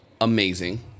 Amazing